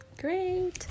great